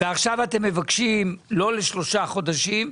ועכשיו אתם מבקשים לא לשלושה חודשים,